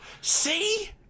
See